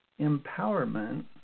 empowerment